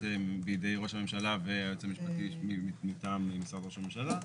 בידי ראש הממשלה והיועץ המשפטי מטעם משרד ראש הממשלה.